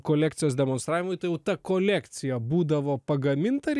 kolekcijos demonstravimui tai jau ta kolekcija būdavo pagaminta ir